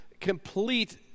complete